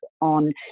on